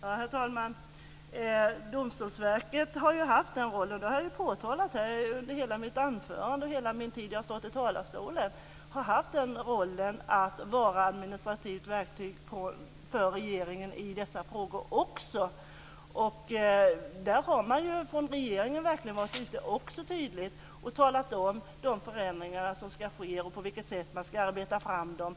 Herr talman! Domstolsverket har haft den rollen att vara ett administrativt verktyg för regeringen i dessa frågor, det har jag påpekat under hela mitt anförande och hela tiden som jag har stått i talarstolen. Regeringen har också tydligt talat om vilka förändringar som ska ske och på vilket sätt man ska arbeta fram dem.